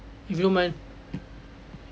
if you don't mind